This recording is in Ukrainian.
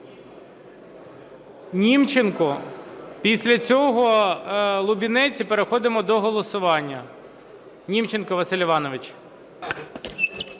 Німченко.Після цього Лубінець і переходимо до голосування.